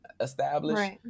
established